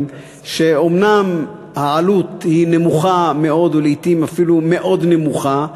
שאומנם העלות בהם נמוכה ולעתים אפילו מאוד נמוכה,